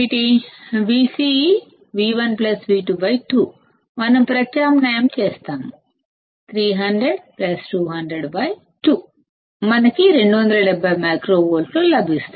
Vc అంటే V1V22 మనం ప్రత్యామ్నాయం చేస్తాము 300 200 2 మనకి 270 మైక్రో వోల్ట్స్ లభిస్తాయి